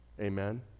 Amen